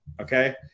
Okay